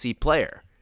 player